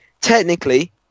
technically